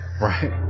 Right